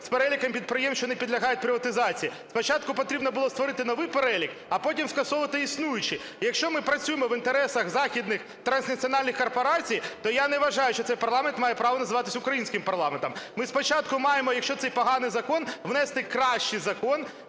з переліком підприємств, що не підлягають приватизації. Спочатку потрібно було створити новий перелік, а потім скасовувати існуючий. Якщо ми працюємо в інтересах західних транснаціональних корпорацій, то я не вважаю, що цей парламент має право називатись українським парламентом. Ми спочатку маємо, якщо це поганий закон, внести кращий закон,